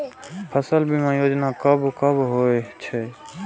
फसल बीमा योजना कब कब होय छै?